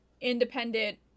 independent